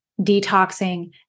detoxing